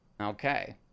Okay